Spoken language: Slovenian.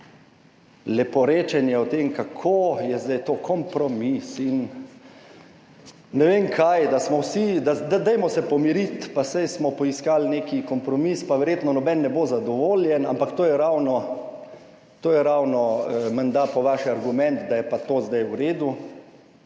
Leporečenje o tem, kako je zdaj to kompromis in ne vem kaj, da se pomirimo, saj smo poiskali nek kompromis in verjetno noben ne bo zadovoljen, ampak to je ravno menda po vaše argument, da je pa to zdaj v redu.